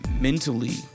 mentally